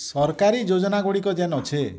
ସରକାରୀ ଯୋଜନା ଗୁଡ଼ିକ ଯେନ୍ ଅଛେ